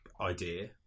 idea